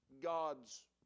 God's